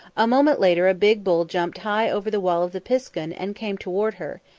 a moment later a big bull jumped high over the wall of the piskun and came toward her,